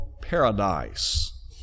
paradise